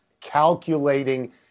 calculating